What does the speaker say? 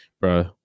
bro